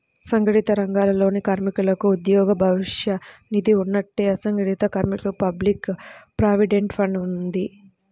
సంఘటిత రంగాలలోని కార్మికులకు ఉద్యోగ భవిష్య నిధి ఉన్నట్టే, అసంఘటిత కార్మికులకు పబ్లిక్ ప్రావిడెంట్ ఫండ్ ఉంది